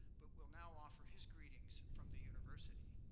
but will now offer his greetings from the university.